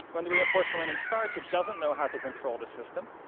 when the reinforcement learning starts, it doesn't know how to control the system.